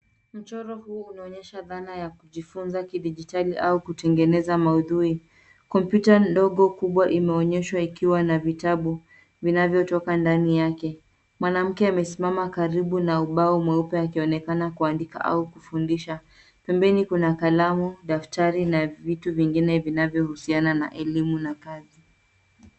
Mchoro huu unaonyesha dhana ya kujifunza kidijitali au kutengeneza maudhuhi. Kompyuta ndogo imeonyeswa ikiwa na vitabu vinavyotoka ndani yake. Mwanamke amesimama karibu na ubao mweupe akionekana kuandika au kufundisha. Pembeni kuna kalamu, daftari na vitu vingine vinavyohusiana na elimu na kazi.